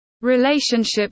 Relationship